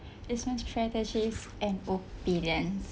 business strategies and opinions